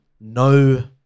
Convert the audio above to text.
no –